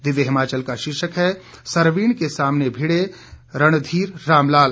दिव्य हिमाचल का शीर्षक है सरवीण के सामने भिड़े रणधीर रामलाल